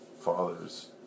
father's